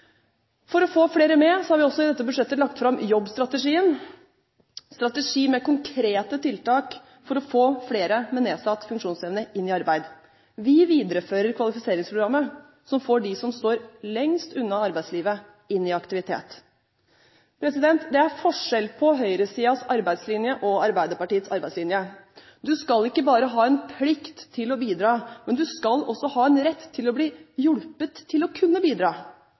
For å få flere med har vi også i dette budsjettet lagt fram jobbstrategien – en strategi med konkrete tiltak for å få flere med nedsatt funksjonsevne i arbeid. Vi viderefører kvalifiseringsprogrammet, som får dem som står lengst unna arbeidslivet, inn i aktivitet. Det er forskjell på høyresidens arbeidslinje og Arbeiderpartiets arbeidslinje. Du skal ikke bare ha en plikt til å bidra, men du skal også ha en rett til å bli hjulpet til å kunne bidra,